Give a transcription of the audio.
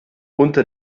unter